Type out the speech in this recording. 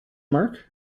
mark